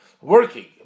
working